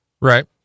Right